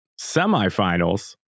semifinals